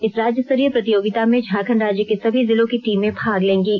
इस राज्य स्तरीय प्रतियोगिता में झारखंड राज्य के सभी जिलों की टीमें भाग लेंगीं